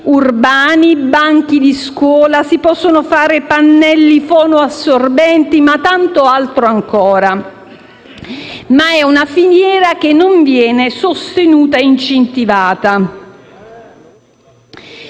urbani, banchi di scuola, pannelli fonoassorbenti e tanto altro ancora. Ma è una filiera che non viene sostenuta e incentivata.